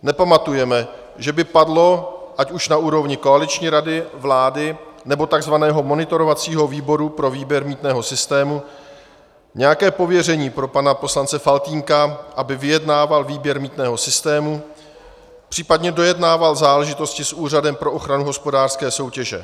Nepamatujeme, že by padlo ať už na úrovni koaliční rady vlády, nebo tzv. monitorovacího výboru pro výběr mýtného systému nějaké pověření pro pana poslance Faltýnka, aby vyjednával výběr mýtného systému, případně dojednával záležitosti s Úřadem pro ochranu hospodářské soutěže.